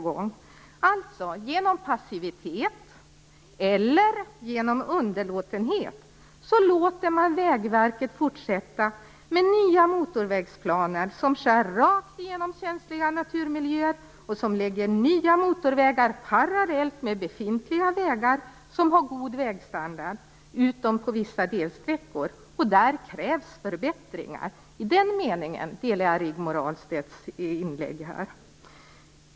Genom passivitet, eller genom underlåtenhet, låter man Vägverket fortsätta med planer på nya motorvägar som skär rakt genom känsliga naturmiljöer. Man lägger nya motorvägar parallellt med befintliga vägar som har god vägstandard - utom på vissa delsträckor, där det krävs förbättringar. I den meningen delar jag Rigmor Ahlstedts uppfattning.